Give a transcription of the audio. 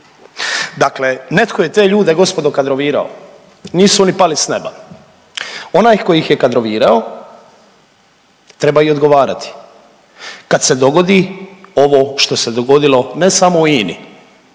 Dakle, netko je te ljude gospodo kadrovirao, nisu oni mali s neba. Onaj tko ih je kadrovirao treba i odgovarati. Kad se dogodi ovo što se dogodilo ne samo u INA-i,